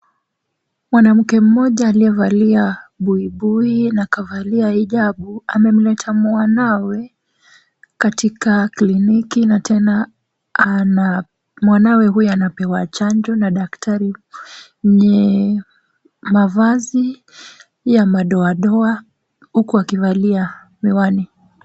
Mwanamke mmoja aliyevalia buibui na akavalia hijabu, amemleta mwanawe katika kliniki, na tena ana mwanawe huyu anapewa chanjo na daktari mwenye mavazi ya madoa doa huku akivalia miwani.